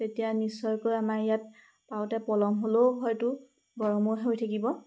তেতিয়া নিশ্চয়কৈ আমাৰ ইয়াত পাওঁতে পলম হ'লেও হয়তো গৰমৰ হৈ থাকিব